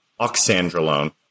oxandrolone